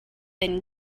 been